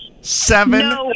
Seven